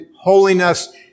holiness